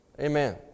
Amen